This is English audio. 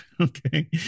Okay